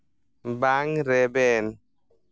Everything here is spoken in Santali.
ᱵᱟᱝ ᱨᱮᱵᱮᱱ